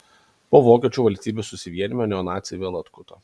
po vokiečių valstybių susivienijimo neonaciai vėl atkuto